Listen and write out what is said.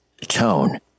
tone